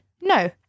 no